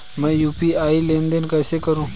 मैं यू.पी.आई लेनदेन कैसे करूँ?